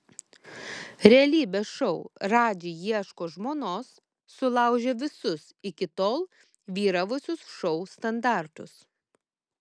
realybės šou radži ieško žmonos sulaužė visus iki tol vyravusius šou standartus